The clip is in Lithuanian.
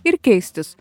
ir keistis